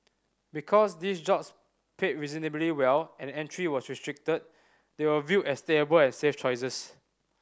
because these jobs paid reasonably well and entry was restricted they were viewed as stable and safe choices